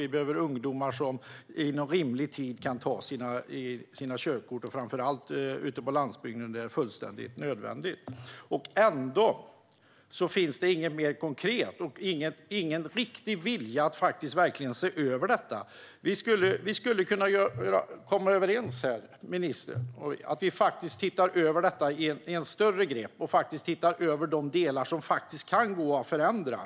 Vi behöver ungdomar som inom rimlig tid kan ta sina körkort, framför allt ute på landsbygden. Det är fullständigt nödvändigt. Ändå hör jag inget mer konkret och ingen riktig vilja att verkligen se över detta. Vi skulle kunna komma överens här, ministern och jag, om att vi tittar över detta i ett större grepp och tar hand om de delar som kan gå att förändra.